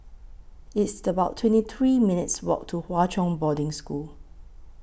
It's about twenty three minutes' Walk to Hwa Chong Boarding School